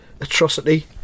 atrocity